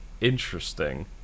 Interesting